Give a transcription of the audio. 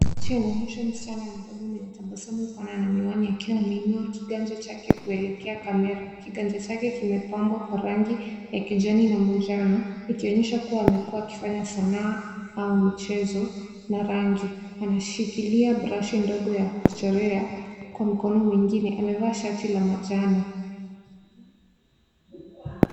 Picha inaonyesha msichana mdogo mwenye tabasamu pana na miwani akiwa ameinua kiganjo chake kuelekea kamera. Kiganjo chake kimepambwa kwa rangi ya kijivu, kijani na manjano likionyesha kuwa amekuwa akifanya sanaa au mchezo na rangi. Anashikilia brashi ndogo ya kuchorea kwa mkono mwingine. Amevaa shati la manjano.